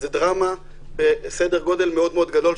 זה דרמה בסדר גודל מאוד מאוד גדול,